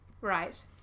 right